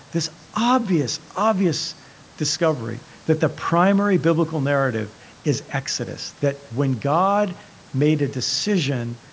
this obvious, obvious discovery that the primary biblical narrative is exodus, that when god made a decision